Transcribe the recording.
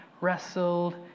wrestled